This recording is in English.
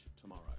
tomorrow